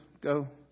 go